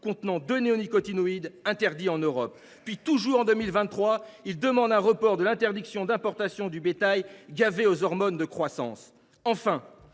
contenant deux néonicotinoïdes interdits en Europe. Puis, toujours en 2023, il a demandé un report de l’interdiction d’importation du bétail gavé aux hormones de croissance. Enfin,